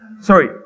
Sorry